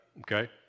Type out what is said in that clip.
Okay